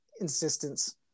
insistence